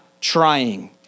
trying